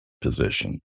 position